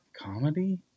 Comedy